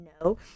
no